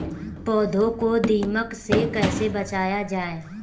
पौधों को दीमक से कैसे बचाया जाय?